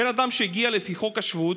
בן אדם שהגיע לפי חוק השבות